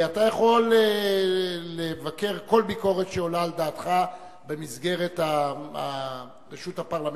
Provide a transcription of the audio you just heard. אתה יכול לבקר כל ביקורת שעולה על דעתך במסגרת הרשות הפרלמנטרית,